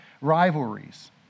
rivalries